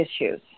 issues